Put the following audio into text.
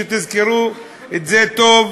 שתזכרו את זה טוב,